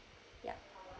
ya